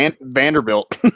Vanderbilt